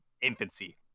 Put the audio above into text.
infancy